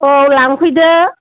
औ लांफैदो